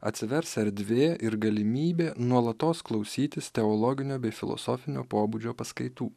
atsivers erdvė ir galimybė nuolatos klausytis teologinio bei filosofinio pobūdžio paskaitų